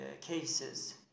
cases